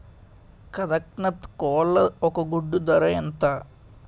కదక్నత్ కోళ్ల ఒక గుడ్డు ధర ఎంత?